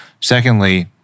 Secondly